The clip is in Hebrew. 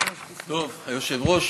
כבוד היושב-ראש,